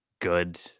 good